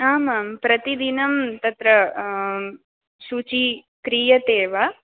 आमां प्रतिदिनं तत्र शुचि क्रीयते एव